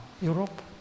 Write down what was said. Europe